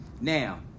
Now